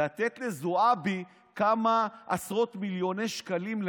לתת לזועבי כמה עשרות מיליוני שקלים.